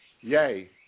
yay